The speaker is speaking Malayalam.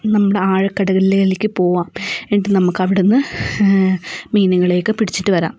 നമ്മുടെ ആഴക്കടലിലേയ്ക്ക് പോവാം എന്നിട്ട് നമ്മൾക്ക് അവിടെനിന്ന് മീനുകളെയൊക്കെ പിടിച്ചിട്ട് വരാം